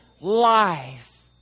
life